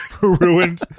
Ruined